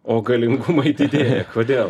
o galingumai didėja kodėl